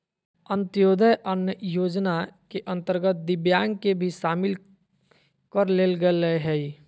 अंत्योदय अन्न योजना के अंतर्गत दिव्यांग के भी शामिल कर लेल गेलय हइ